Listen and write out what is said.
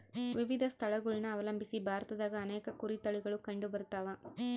ವಿವಿಧ ಸ್ಥಳಗುಳನ ಅವಲಂಬಿಸಿ ಭಾರತದಾಗ ಅನೇಕ ಕುರಿ ತಳಿಗುಳು ಕಂಡುಬರತವ